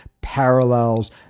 parallels